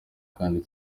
kandi